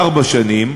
ארבע שנים,